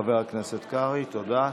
חבר הכנסת קרעי, תודה.